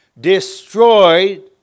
destroyed